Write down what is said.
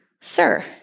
Sir